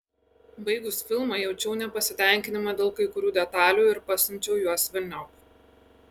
baigus filmą jaučiau nepasitenkinimą dėl kai kurių detalių ir pasiučiau juos velniop